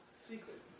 Secret